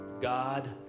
God